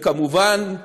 וכמובן,